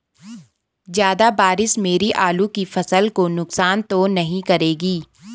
ज़्यादा बारिश मेरी आलू की फसल को नुकसान तो नहीं करेगी?